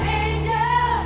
angel